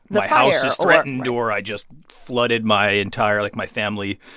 my house is threatened, or i just flooded my entire like, my family.